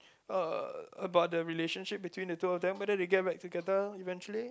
uh about the relationship between the two of them whether they get back together eventually